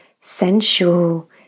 sensual